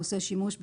העושה שימוש,